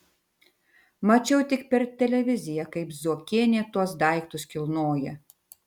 mačiau tik per televiziją kaip zuokienė tuos daiktus kilnoja